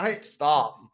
Stop